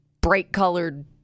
bright-colored